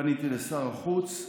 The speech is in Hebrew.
פניתי לשר החוץ,